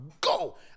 Go